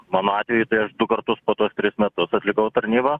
mano atveju tai aš du kartus po tuos tris metus atlikau tarnybą